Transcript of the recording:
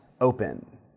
open